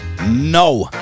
No